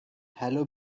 hello